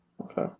Okay